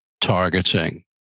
targeting